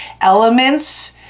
elements